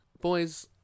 boys